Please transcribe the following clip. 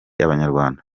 abanyarwanda